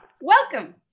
welcome